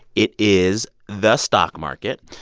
it is the stock market.